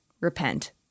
repent